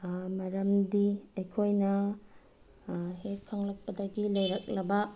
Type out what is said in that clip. ꯃꯔꯝꯗꯤ ꯑꯩꯈꯣꯏꯅ ꯍꯦꯛ ꯈꯪꯂꯛꯄꯗꯒꯤ ꯂꯩꯔꯛꯂꯕ